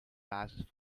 basis